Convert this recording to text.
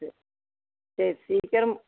சரி சரி சீக்கிரம்